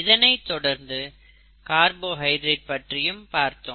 இதைத்தொடர்ந்து கார்போஹைட்ரேட் பற்றியும் பார்த்தோம்